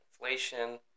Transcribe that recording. inflation